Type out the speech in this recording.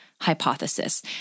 hypothesis